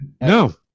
No